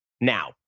now